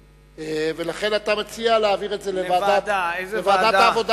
לכן אתה מציע להעביר את זה לוועדת העבודה,